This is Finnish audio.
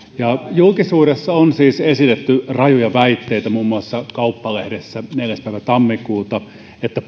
julkisuudessa on siis esitetty rajuja väitteitä muun muassa kauppalehdessä neljäs päivä tammikuuta että